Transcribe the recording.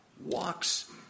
walks